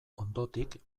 ondotik